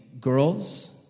Girls